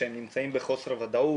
שהם נמצאים בחוסר ודאות.